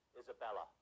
Isabella